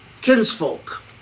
kinsfolk